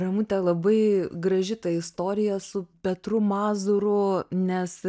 ramute labai graži ta istorija su petru mazūru nes